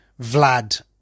Vlad